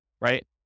right